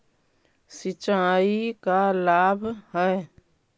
सिंचाई का लाभ है?